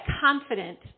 confident